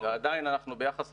שבהם עובדים הפקידים